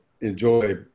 enjoy